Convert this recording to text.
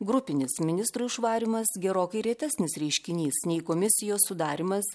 grupinis ministrų išvarymas gerokai retesnis reiškinys nei komisijos sudarymas